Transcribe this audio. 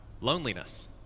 loneliness